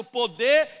poder